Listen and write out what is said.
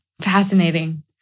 Fascinating